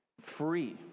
free